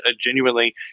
genuinely